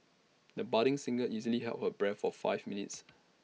the budding singer easily held her breath for five minutes